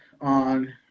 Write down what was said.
on